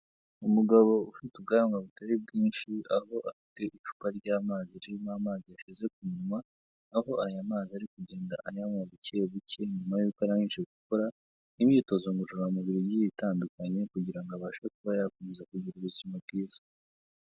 Umugabo ufite ubwanwa butari bwinshi aho afite icupa ry'amazi ririmo amazi ashize ku munwa, aho aya mazi ari kugenda anyanywa buke buke nyuma yuko arangije gukora imyitozo ngororamubiri itandukanye kugira abashe kuba yakomeza kugira ubuzima bwiza